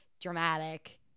dramatic